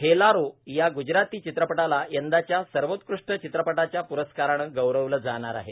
हेलारो या ग्जराती चित्रपटाला यंदाच्या सर्वोत्कृष्ट चित्रपटाच्या प्रस्कारानं गौरवलं जाणार आहे